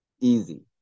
easy